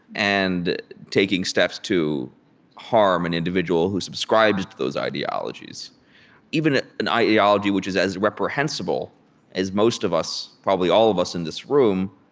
and taking steps to harm an individual who subscribes to those ideologies even an ideology which is as reprehensible as most of us, probably all of us in this room,